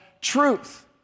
truth